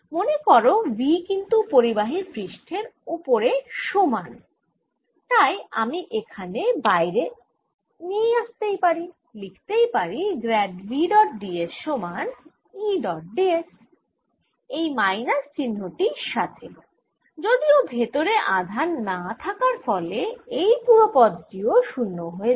মনে করো v কিন্তু পরিবাহির পৃষ্ঠের ওপরে সমান তাই আমি এখানে বাইরে নিয়ে আসতেই পারি লিখতেই পারি grad v dot d s সমান E ডট d s এই মাইনাস চিহ্ন টির সাথে যদিও ভেতরে আধান না থাকার ফলে এই পুরো পদ টি ও শুন্য হয়ে যায়